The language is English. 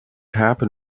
happen